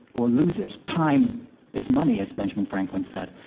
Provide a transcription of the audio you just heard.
or lose it. time is money, as benjamin franklin said.